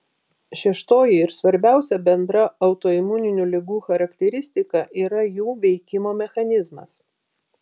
šeštoji ir svarbiausia bendra autoimuninių ligų charakteristika yra jų veikimo mechanizmas